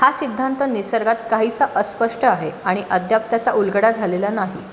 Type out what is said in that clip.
हा सिद्धांत निसर्गात काहीसा अस्पष्ट आहे आणि अद्याप त्याचा उलगडा झालेला नाही